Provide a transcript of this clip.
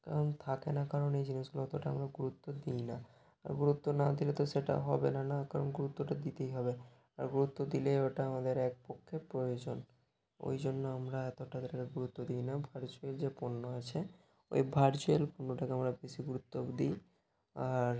কারণ থাকে না কারণ এই জিনিসগুলো অতটা আমরা গুরুত্ব দিই না আর গুরুত্ব না দিলে তো সেটা হবে না না কারণ গুরুত্বটা দিতেই হবে আর গুরুত্ব দিলেই ওটা আমাদের একপক্ষে প্রয়োজন ওই জন্য আমরা এতটা এতটাকে গুরুত্ব দিই না ভার্চুয়াল যে পণ্য আছে ওই ভার্চুয়াল পণ্যটাকে আমরা বেশি গুরুত্ব দিই আর